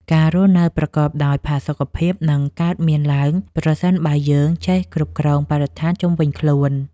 ការរស់នៅប្រកបដោយផាសុកភាពនឹងកើតមានឡើង ប្រសិនបើយើងចេះគ្រប់គ្រងបរិស្ថានជុំវិញខ្លួន។